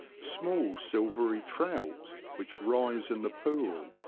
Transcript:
small silvery trout, which rise in the pool,